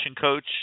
coach